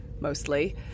mostly